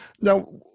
Now